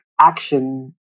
action